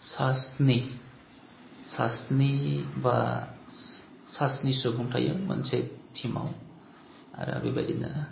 सा स्नि सा स्नि बा सा स्नि सुबुं थायो मोनसे टिमाव आरो बेबायदिनो